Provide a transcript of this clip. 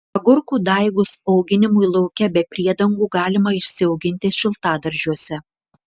agurkų daigus auginimui lauke be priedangų galima išsiauginti šiltadaržiuose